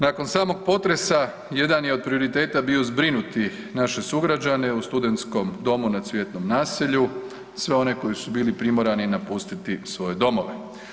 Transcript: Nakon samog potresa jedan je od prioriteta bio zbrinuti naše sugrađane u Studentskom domu na Cvjetnom naselju, sve one koji su bili primorani napustiti svoje domove.